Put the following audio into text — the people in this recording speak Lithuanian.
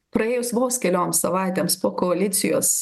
praėjus vos kelioms savaitėms po koalicijos